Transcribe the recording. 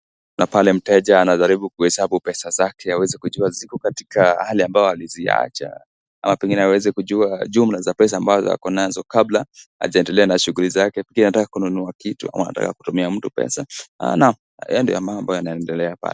Kuna pale mteja anajaribu kuhesabu pesa zake ili aweze kujua ziko katika hali ambayo ameziacha ama pengine aweze kujua jumla za pesa ambazo ako nazo kabla hajaendelea na shughuli zake pia anataka kununua kitu ama anataka kumtumia mtu pesa, haya ndio mambo yanaendelea pale.